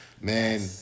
Man